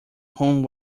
whom